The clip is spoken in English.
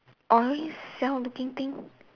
orange cell looking things